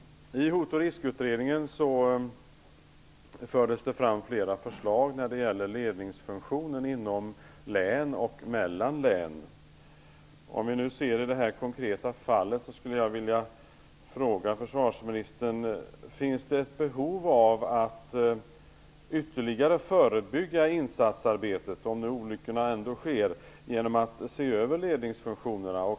I Hot och riskutredningen fördes det fram flera förslag när det gäller ledningsfunktionen inom och mellan län. I det här konkreta fallet skulle jag vilja fråga försvarsministern: finns det ett behov av att ytterligare förbereda insatsarbetet, om det ändå sker olyckor, genom att se över ledningsfunktionerna?